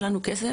אין לנו כסף.